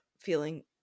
feeling